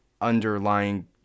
underlying